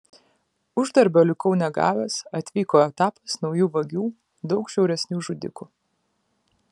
uždarbio likau negavęs atvyko etapas naujų vagių daug žiauresnių žudikų